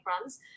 runs